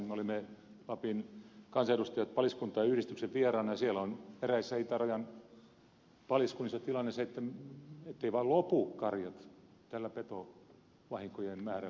me olimme lapin kansanedustajat paliskuntain yhdistyksen vieraina ja siellä on eräissä itärajan paliskunnissa tilanne se etteivät vaan lopu karjat tällä petovahinkojen määrällä kokonaan